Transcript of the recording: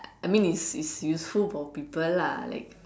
I mean it's it's useful for people lah like